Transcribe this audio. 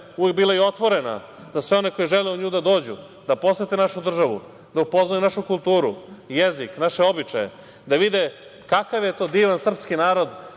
uvek bila otvorena za sve one koji žele u nju da dođu, da posete našu državu, da upoznaju našu kulturu, jezik, naše običaje, da vide kakav je to divan srpski narod,